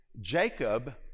Jacob